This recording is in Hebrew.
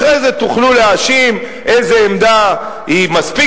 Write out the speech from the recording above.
אחרי זה תוכלו להאשים איזה עמדה היא מספיק